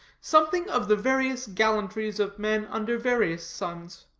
something of the various gallantries of men under various suns.